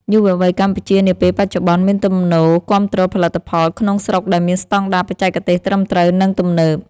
យុវវ័យកម្ពុជានាពេលបច្ចុប្បន្នមានទំនោរគាំទ្រផលិតផលក្នុងស្រុកដែលមានស្តង់ដារបច្ចេកទេសត្រឹមត្រូវ និងទំនើប។